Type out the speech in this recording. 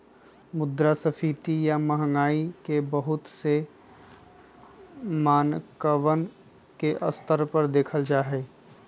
मुद्रास्फीती या महंगाई के बहुत से मानकवन के स्तर पर देखल जाहई